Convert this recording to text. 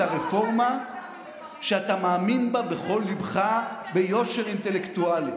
את הרפורמה שאתה מאמין בה בכל ליבך ביושר אינטלקטואלי,